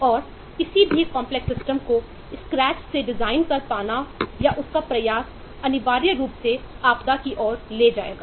तो complex system से design करने का प्रयास अनिवार्य रूप से आपदा की ओर ले जाएगा